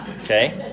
Okay